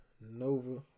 Nova